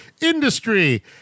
industry